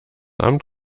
amt